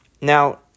Now